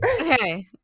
okay